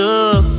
up